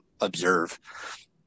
observe